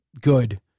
good